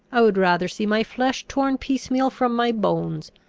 i would rather see my flesh torn piecemeal from my bones!